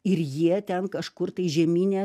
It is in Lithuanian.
ir jie ten kažkur tai žemyne